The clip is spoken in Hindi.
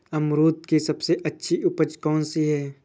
अमरूद की सबसे अच्छी उपज कौन सी है?